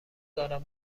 دارم